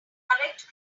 correct